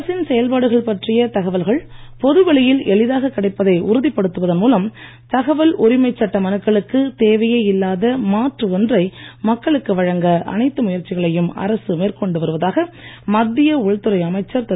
அரசின் செயல்பாடுகள் பற்றிய தகவல்கள் பொதுவெளியில் எளிதாகக் கிடைப்பதை உறுதிப்படுத்துவதன் மூலம் தகவல் உரிமை சட்ட மனுக்களுக்கு தேவையே இல்லாத மாற்று ஒன்றை மக்களுக்கு வழங்க அனைத்து முயற்சிகைளையும் அரசு மேற்கொண்டு வருவதாக மத்திய உள்துறை அமைச்சர் திரு